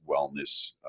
wellness